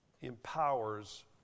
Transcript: empowers